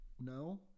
No